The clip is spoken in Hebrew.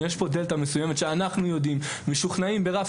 יש פה דלתא מסוימת שאנחנו משוכנעים ברף